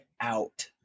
out